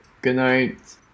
goodnight